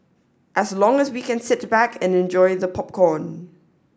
as long as we can sit back and enjoy the popcorn